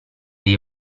dei